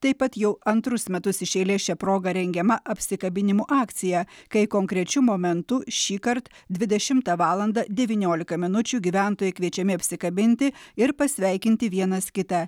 taip pat jau antrus metus iš eilės šia proga rengiama apsikabinimo akcija kai konkrečiu momentu šįkart dvidešimtą valandą devyniolika minučių gyventojai kviečiami apsikabinti ir pasveikinti vienas kitą